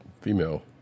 female